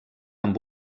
amb